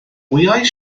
wyau